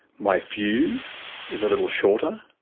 my fuse is a little shorter.